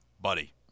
Buddy